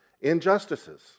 injustices